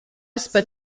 sped